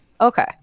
Okay